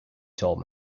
told